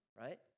right